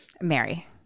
Mary